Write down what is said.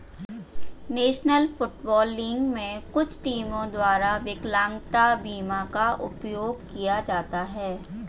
national football league में कुछ टीमों द्वारा विकलांगता बीमा का उपयोग किया जाता है